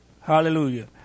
Hallelujah